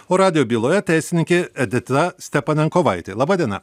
o radijo byloje teisininkė edita stepanankovaitė laba diena